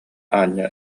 аанньа